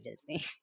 Disney